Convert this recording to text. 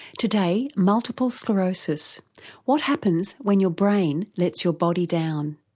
today, multiple sclerosis what happens when your brain lets your body down?